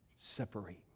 separate